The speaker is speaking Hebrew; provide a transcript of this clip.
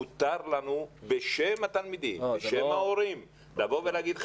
מותר לנו בשם התלמידים ובשם ההורים לבוא ולהגיד לכם,